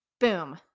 Boom